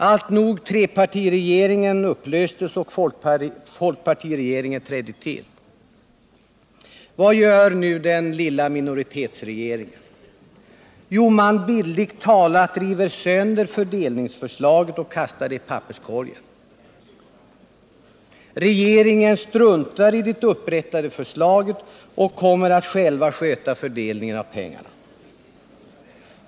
Alltnog, trepartiregeringen upplöstes och folkpartiregeringen trädde till. Vad gör nu den lilla minoritetsregeringen? Jo, den bildligt talat river sönder fördelningsförslaget och kastar det i papperskorgen. Regeringen struntar i det upprättade förslaget och kommer själv att sköta fördelningen av pengarna.